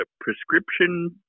prescription